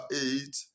eight